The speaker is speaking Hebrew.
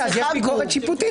לעומת זאת,